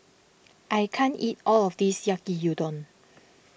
I can't eat all of this Yaki Udon